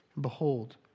Behold